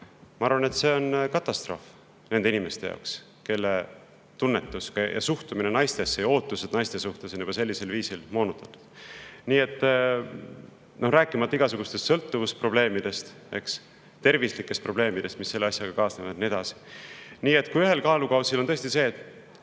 Ma arvan, et see on katastroof nende inimeste jaoks, kelle tunnetus ning suhtumine naistesse ja ootused naiste suhtes on sellisel viisil moonutatud. Rääkimata igasugustest sõltuvusprobleemidest, terviseprobleemidest, mis selle asjaga kaasnevad, ja nii edasi. Nii et kui ühel kaalukausil on tõesti see, et